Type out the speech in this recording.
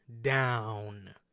down